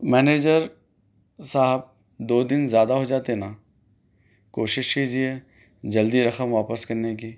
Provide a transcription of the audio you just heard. manager صاحب دو دِن زیادہ ہو جاتے نا کوشش کیجئے جلدی رقم واپس کرنے کی